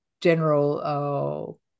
general